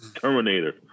Terminator